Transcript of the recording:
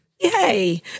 Yay